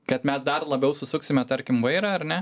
kad mes dar labiau susuksime tarkim vairą ar ne